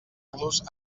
los